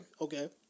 Okay